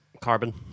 carbon